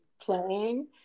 playing